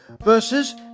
versus